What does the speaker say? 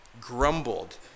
grumbled